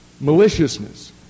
maliciousness